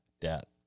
debt